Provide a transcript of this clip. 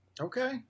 Okay